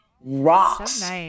rocks